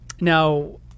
Now